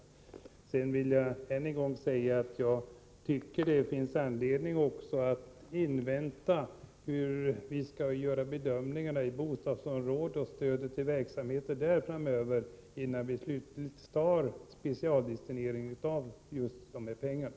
Jag vill än en gång framhålla att jag tycker det finns anledning att invänta bedömningarna när det gäller stödet till kulturverksamheter i bostadsområdena framöver, innan vi slutligt fattar beslut om specialdestinering av just de här pengarna.